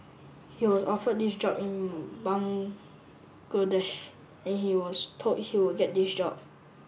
he was offered this job in and he was told he would get this job